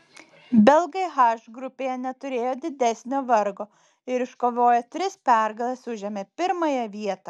belgai h grupėje neturėjo didesnio vargo ir iškovoję tris pergales užėmė pirmąją vietą